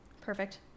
Perfect